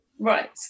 Right